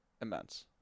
immense